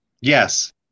Yes